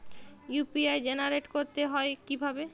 UPI generate করতে হয় কিভাবে?